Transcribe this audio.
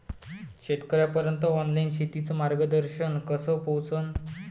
शेतकर्याइपर्यंत ऑनलाईन शेतीचं मार्गदर्शन कस पोहोचन?